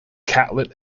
catlett